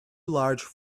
large